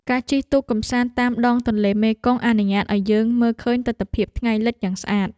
ការជិះទូកកម្សាន្តតាមដងទន្លេមេគង្គអនុញ្ញាតឱ្យយើងមើលឃើញទិដ្ឋភាពថ្ងៃលិចយ៉ាងស្អាត។